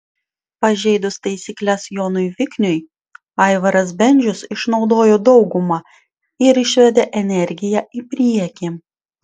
pažeidus taisykles jonui vikniui aivaras bendžius išnaudojo daugumą ir išvedė energiją į priekį